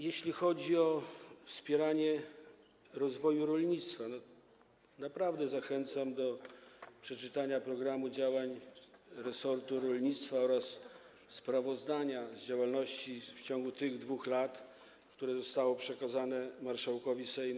Jeśli chodzi o wspieranie rozwoju rolnictwa, naprawdę zachęcam do przeczytania programu działań resortu rolnictwa oraz sprawozdania z działalności w ciągu tych 2 lat, które zostało przekazane marszałkowi Sejmu.